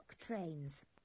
trains